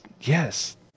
Yes